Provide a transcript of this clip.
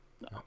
No